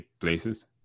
places